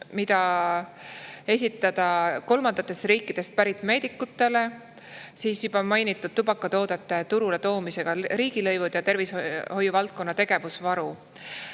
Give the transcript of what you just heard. mida esitada kolmandatest riikidest pärit meedikutele. Siis juba mainitud tubakatoodete turule toomise riigilõivud ja tervishoiuvaldkonna tegevusvaru.